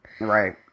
Right